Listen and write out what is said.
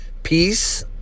peace